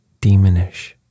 demonish